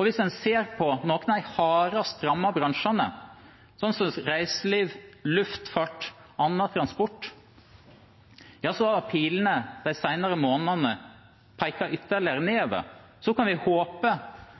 Hvis en ser på noen av de hardest rammede bransjene, som reiseliv, luftfart og annen transport, har pilene de senere månedene pekt ytterligere nedover. Så kan vi håpe